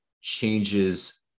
changes